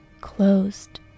closed